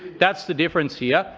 that's the difference here.